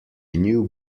new